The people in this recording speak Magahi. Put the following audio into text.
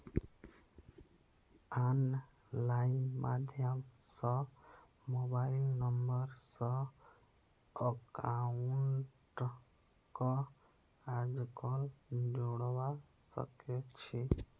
आनलाइन माध्यम स मोबाइल नम्बर स अकाउंटक आजकल जोडवा सके छी